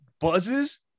buzzes